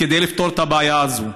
כדי לפתור את הבעיה הזו: